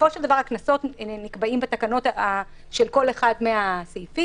בסופו של דבר הקנסות נקבעים בתקנות של כל אחד מן הסעיפים,